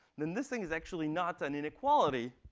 then this thing is actually not an inequality,